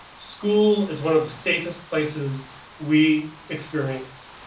school is one of the safest places we experience.